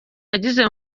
yagize